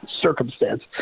circumstance